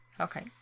Okay